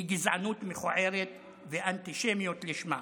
היא גזענות מכוערת ואנטישמית לשמה.